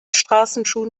straßenschuhen